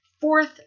fourth